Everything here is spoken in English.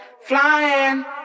Flying